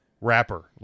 wrapper